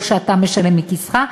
או שאתה משלם מכיסך,